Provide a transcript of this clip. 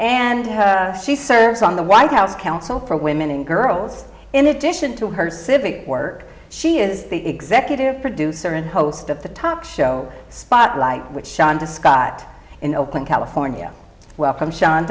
and she serves on the white house council for women and girls in addition to her civic work she is the executive producer and host of the top show spotlight which shonda scott in oakland california welcome shan